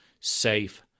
safe